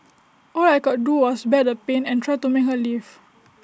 all I could do was bear the pain and try to make her leave